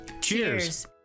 Cheers